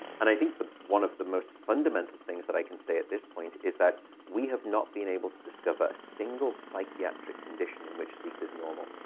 and i think one of the most fundamental things that i can say at this point is that we have not been able to discover a single psychiatric condition in which sleep is normal.